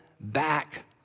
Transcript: Back